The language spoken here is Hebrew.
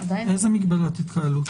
איזה מגבלת התקהלות?